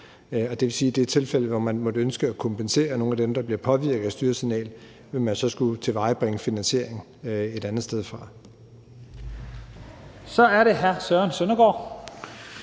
at i det tilfælde, hvor man måtte ønske at kompensere nogle af dem, der bliver påvirket af styresignalet, vil man så skulle tilvejebringe finansieringen et andet sted fra. Kl. 15:42 Første næstformand